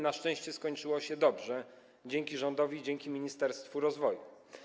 Na szczęście skończyło się dobrze dzięki rządowi i dzięki Ministerstwu Rozwoju.